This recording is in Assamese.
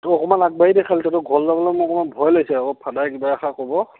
তই অকণমান আগবাঢ়ি দে খালী তই তহঁতৰ ঘৰলৈ যাবলৈ অকণমান ভয় লাগিছে আকৌ ফাদাৰে কিবা এষাৰ ক'ব